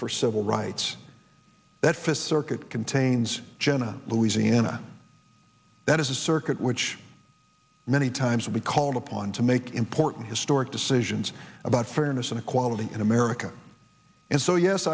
for civil rights that fifth circuit contains jenna louisiana that is a circuit which many times will be called upon to make important historic decisions about fairness and equality in america and so yes